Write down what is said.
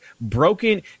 broken